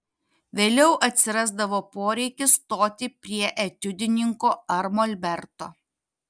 vėliau atsirasdavo poreikis stoti prie etiudininko ar molberto